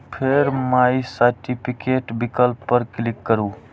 फेर my certificate विकल्प पर क्लिक करू